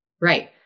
Right